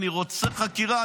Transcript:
אני רוצה חקירה,